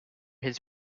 his